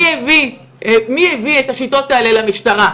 כולנו יודעים מי הביא את השיטות האלה למשטרה.